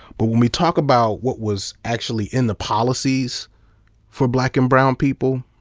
but when we talk about what was actually in the policies for black and brown people,